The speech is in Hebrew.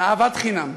אהבת חינם,